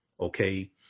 okay